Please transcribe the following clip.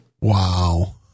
Wow